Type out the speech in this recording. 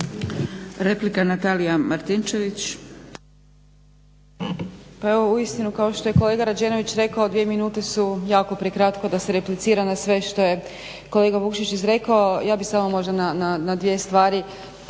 Replika, Natalija Martinčević.